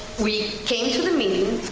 we came to the meetings.